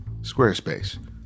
Squarespace